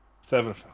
seven